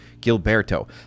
Gilberto